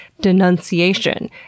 denunciation